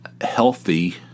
healthy